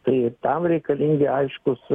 tai tam reikalingi aiškūs